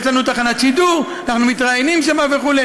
יש לנו תחנת שידור, אנחנו מתראיינים שם וכו'.